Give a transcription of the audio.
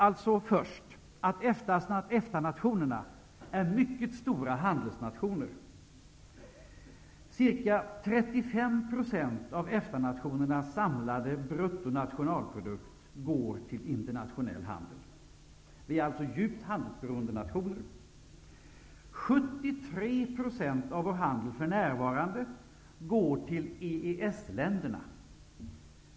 EFTA-nationerna är mycket stora handelsnationer. Ca 35 % av EFTA-nationernas samlade bruttonationalprodukt går till internationell handel. Vi är alltså mycket handelsberoende nationer. 73 % av vår handel går för närvarande till EES-länderna.